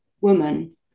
woman